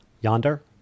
yonder